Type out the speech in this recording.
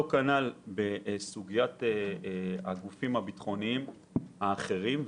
אותו דבר גם בסוגית הגופים הביטחוניים האחרים.